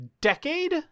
decade